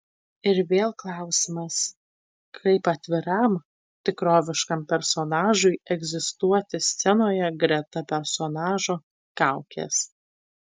ir vėl klausimas kaip atviram tikroviškam personažui egzistuoti scenoje greta personažo kaukės